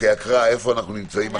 הקראה איפה אנחנו נמצאים?